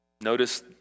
Notice